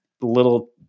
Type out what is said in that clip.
little